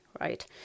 right